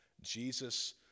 Jesus